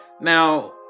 Now